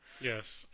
Yes